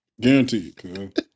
Guaranteed